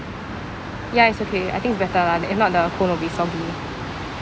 ya it's okay I think it's better lah th~ if not the cone will be soggy